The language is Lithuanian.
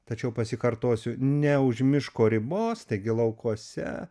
tačiau pasikartosiu ne už miško ribos taigi laukuose